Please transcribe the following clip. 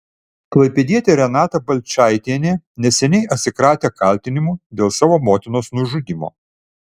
klaipėdietė renata balčaitienė neseniai atsikratė kaltinimų dėl savo motinos nužudymo